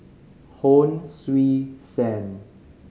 Hon Sui Sen